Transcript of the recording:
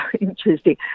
interesting